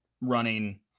running